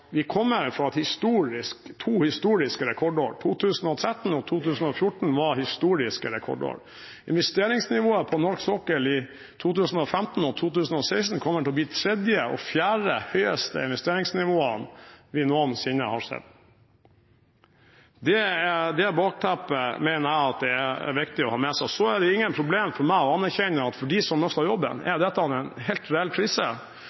vi kommer fra to historiske rekordår. 2013 og 2014 var historiske rekordår. Investeringsnivået på norsk sokkel i 2015 og 2016 kommer til å bli tredje og fjerde høyeste investeringsnivå vi noensinne har sett. Det bakteppet mener jeg det er viktig å ha med seg. Så er det ikke noe problem for meg å erkjenne at for dem som mister jobben, er dette en helt reell krise.